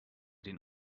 den